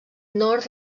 nord